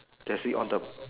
taxi on the